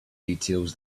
details